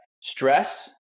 stress